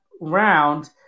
round